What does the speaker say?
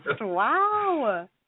wow